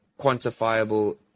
quantifiable